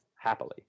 happily